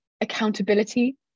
accountability